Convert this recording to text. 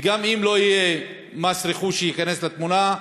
וגם אם מס רכוש לא ייכנס לתמונה,